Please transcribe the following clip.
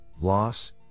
loss